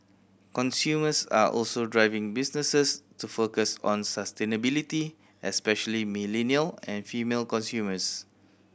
consumers are also driving businesses to focus on sustainability especially millennial and female consumers